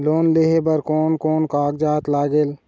Loan लेहे बर कोन कोन कागजात लागेल?